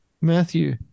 Matthew